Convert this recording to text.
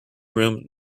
room